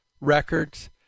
Records